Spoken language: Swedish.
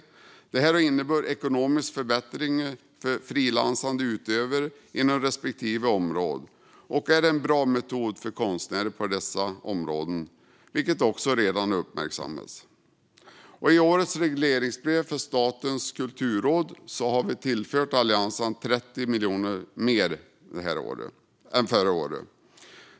Dessa allianser har inneburit ekonomiska förbättringar för frilansande utövare inom respektive område och utgör en bra metod för konstnärer på dessa områden, vilket också redan har uppmärksammats. I årets regleringsbrev för Statens kulturråd har vi tillfört allianserna 30 miljoner mer detta år än förra året.